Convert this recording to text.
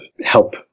help